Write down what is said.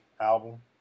album